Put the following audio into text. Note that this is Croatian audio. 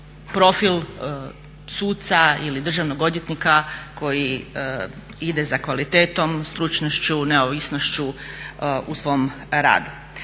profil suca ili državnog odvjetnika koji ide za kvalitetom, stručnošću, neovisnošću u svom radu.